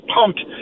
pumped